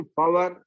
power